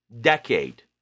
decade